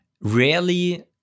rarely